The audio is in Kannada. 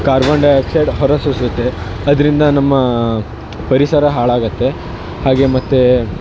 ಕಾರ್ಬನ್ ಡೈಆಕ್ಸೈಡ್ ಹೊರ ಸೂಸುತ್ತೆ ಅದರಿಂದ ನಮ್ಮ ಪರಿಸರ ಹಾಳಾಗುತ್ತೆ ಹಾಗೇ ಮತ್ತು